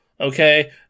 Okay